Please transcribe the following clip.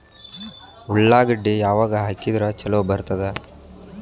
ಉಳ್ಳಾಗಡ್ಡಿ ಯಾವಾಗ ಹಾಕಿದ್ರ ಛಲೋ ಬರ್ತದ?